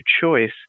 choice